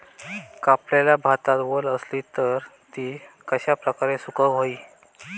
कापलेल्या भातात वल आसली तर ती कश्या प्रकारे सुकौक होई?